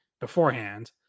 beforehand